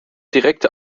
direkte